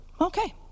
okay